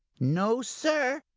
no, sir,